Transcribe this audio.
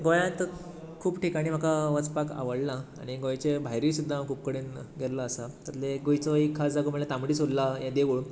गोंयांत खूब ठिकाणीं म्हाका वचपाक आवडलां आनी गोंयच्या भायरूय खूब कडेन गेल्लो आसा तातुंतलो एक गोंयचो एक खास जागो म्हळ्यार तांबडे सुरला हें देवूळ